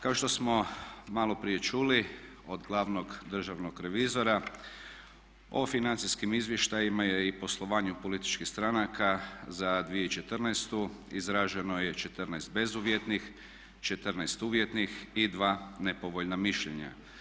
Kao što smo maloprije čuli od glavnog državnog revizora o financijskim izvještajima i poslovanju političkih stranaka za 2014. izraženo je 14 bezuvjetnih, 14 uvjetnih i 2 nepovoljna mišljenja.